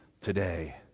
today